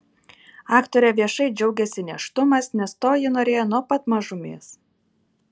aktorė viešai džiaugiasi nėštumas nes to ji norėjo nuo pat mažumės